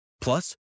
Plus